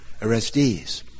arrestees